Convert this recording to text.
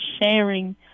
sharing